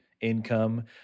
income